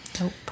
Nope